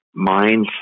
mindset